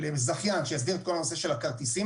לזכיין שיסדיר את כל הנושא של הכרטיסים